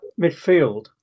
midfield